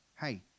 hey